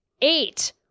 eight